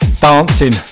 Dancing